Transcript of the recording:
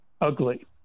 UGLY